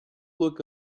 look